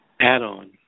add-on